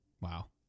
wow